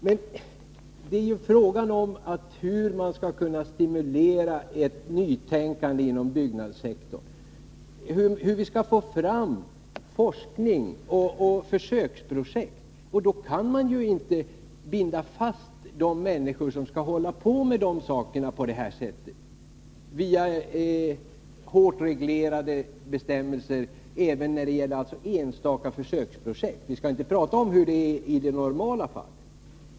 Vad det är fråga om är hur vi skall kunna stimulera ett nytänkande inom byggnadssektorn, hur vi skall få till stånd forskning och försöksprojekt. Då kan man inte binda fast de människor som skall hålla på med detta med hårt reglerade bestämmelser även när det gäller enstaka försöksprojekt — vi skall inte tala om hur det är i normalfallet.